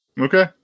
Okay